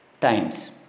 times